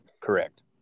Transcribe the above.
correct